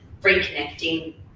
reconnecting